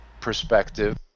perspective